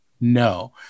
no